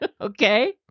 Okay